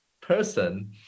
person